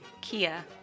Kia